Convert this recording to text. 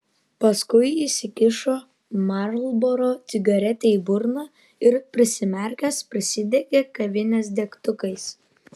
paskui įsikišo marlboro cigaretę į burną ir prisimerkęs prisidegė kavinės degtukais